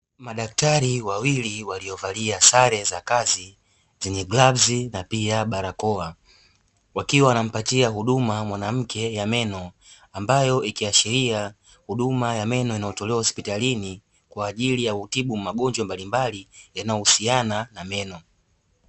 Madaktari wawili waliovalia sare za kazi zenye glavuz na pia barakoa wakiwa wanampatia huduma mwanamke ya meno, ambayo ikiashiria huduma ya meno inayotolewa hospitalini kwa ajili ya kutibu magonjwa mbalimbali yanayohusiana na meno.